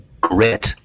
grit